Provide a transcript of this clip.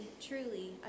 truly